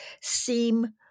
seem